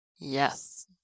Yes